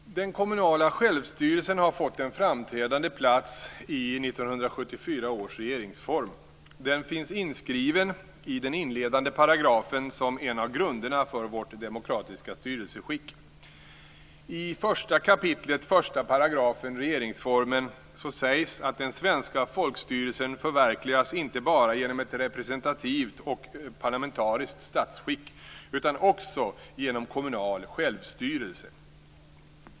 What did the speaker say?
Fru talman! Den kommunala självstyrelsen har fått en framträdande plats i 1974 års regeringsform. Den finns inskriven i den inledande paragrafen som en av grunderna för vårt demokratiska styrelseskick. I 1 kap. 1 § regeringsformen sägs att den svenska folkstyrelsen förverkligas inte bara genom ett representativt och parlamentariskt statsskick utan också genom kommunal självstyrelse.